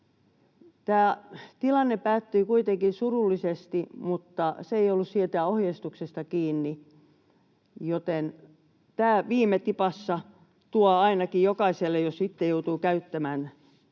Tämä tilanne päättyi kuitenkin surullisesti, mutta se ei ollut siitä ohjeistuksesta kiinni, joten tämä viime tipassa tuo ilmi ainakin jokaiselle, jos itse joutuu käyttämään näitä